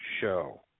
show